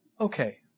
Okay